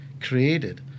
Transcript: created